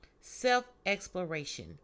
self-exploration